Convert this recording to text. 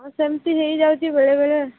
ହଁ ସେମିତି ହେଇଯାଉଛି ବେଳେ ବେଳେ